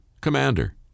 commander